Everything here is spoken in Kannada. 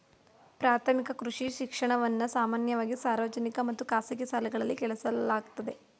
ಪ್ರಾಥಮಿಕ ಕೃಷಿ ಶಿಕ್ಷಣವನ್ನ ಸಾಮಾನ್ಯವಾಗಿ ಸಾರ್ವಜನಿಕ ಮತ್ತು ಖಾಸಗಿ ಶಾಲೆಗಳಲ್ಲಿ ಕಲಿಸಲಾಗ್ತದೆ